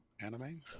anime